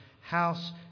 house